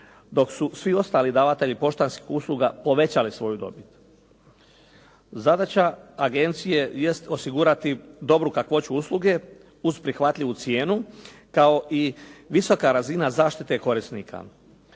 dok su svi ostali davatelji poštanskih usluga povećali svoju dobit. Zadaća agencije jest osigurati dobru kakvoću usluge uz prihvatljivu cijenu kao i visoka razina zaštite korisnika.